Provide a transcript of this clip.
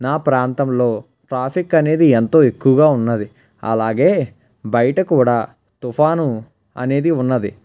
నా ప్రాంతంలో ట్రాఫిక్ అనేది ఎంతో ఎక్కువగా ఉన్నది అలాగే బయట కూడా తుఫాను అనేది ఉన్నది